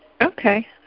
Okay